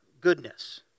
goodness